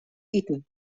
iten